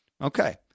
Okay